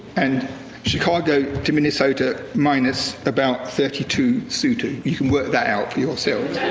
and chicago to minnesota minus about thirty two sutu. you can work that out for yourselves.